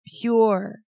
pure